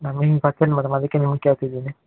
ನಮಗ್ ಮೇಡಮ್ ಅದಕ್ಕೆ ನಿಮ್ಮನ್ನು ಕೇಳ್ತಿದ್ದೀನಿ